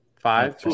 five